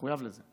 אני מחויב לזה.